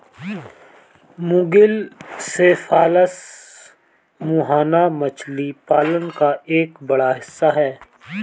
मुगिल सेफालस मुहाना मछली पालन का एक बड़ा हिस्सा है